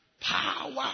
power